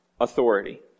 authority